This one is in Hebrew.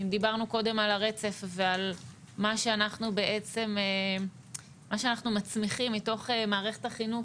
אם דיברנו קודם על הרצף ועל מה שאנחנו מצמיחים מתוך מערכת החינוך,